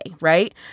right